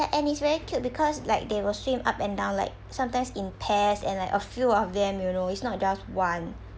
and it's very cute because like they will swim up and down like sometimes in pairs and like a few of them you know it's not just one